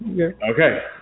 Okay